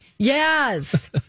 Yes